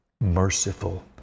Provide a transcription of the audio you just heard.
merciful